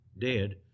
dead